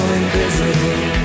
invisible